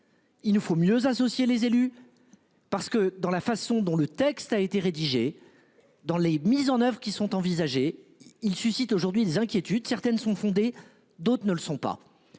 Il nous faut mieux associer les élus. Parce que dans la façon dont le texte a été rédigé dans les mises en Oeuvres qui sont envisagées, il suscite aujourd'hui des inquiétudes. Certaines sont fondées. D'autres ne le sont pas.